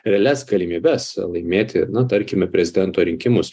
realias galimybes laimėti nu tarkim prezidento rinkimus